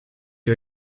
ihr